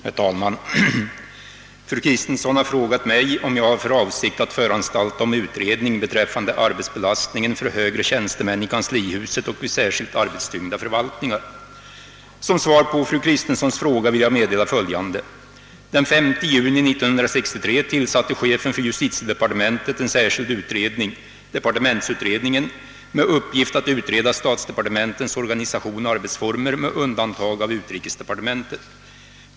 Herr talman! Fru Kristensson har frågat mig om jag har för avsikt att föranstalta om utredning beträffande arbetsbelastningen för högre tjänstemän i kanslihuset och vid särskilt arbetstyngda förvaltningar. Som svar på fru Kristenssons fråga vill jag meddela följande. Den 5 juni 1963 tillsatte chefen för justitiedepartementet en särskild utredning — departementsutredningen — med uppgift att utreda statsdepartementens organisation och arbetsformer med undantag av utrikesdepartementet.